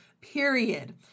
period